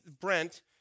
Brent